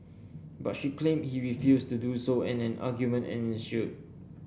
but she claimed he refused to do so and an argument ensued